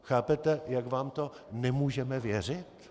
Chápete, jak vám to nemůžeme věřit?